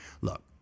look